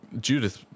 Judith